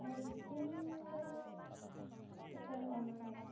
ᱟᱨ ᱛᱤᱱ ᱜᱟᱱᱮᱢ ᱥᱮᱴᱮᱨᱚᱜᱼᱟ ᱱᱚᱸᱰᱮ ᱫᱚ